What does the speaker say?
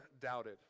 doubted